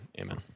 Amen